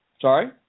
Sorry